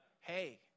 Hey